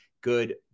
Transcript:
good